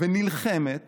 ונלחמת